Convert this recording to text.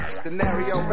scenario